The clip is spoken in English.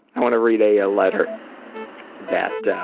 i want to read a ah letter that